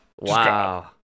Wow